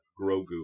Grogu